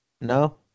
No